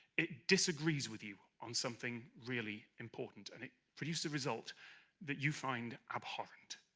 it disagrees with you on something really important, and it produces a result that you find abhorrent.